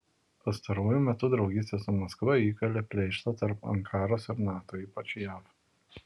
pastaruoju metu draugystė su maskva įkalė pleištą tarp ankaros ir nato ypač jav